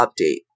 update